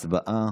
הצבעה.